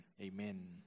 amen